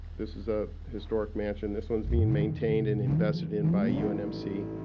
this is a historic mansion. this one is being maintained and invested in by unmc.